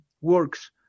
works